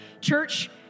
Church